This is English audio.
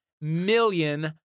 million